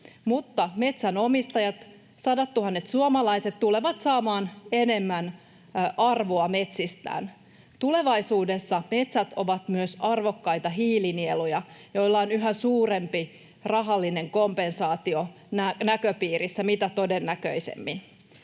suomalaiset, tulevat saamaan enemmän arvoa metsistään. Tulevaisuudessa metsät ovat myös arvokkaita hiilinieluja, joilla on yhä suurempi rahallinen kompensaatio näköpiirissä mitä todennäköisemmin.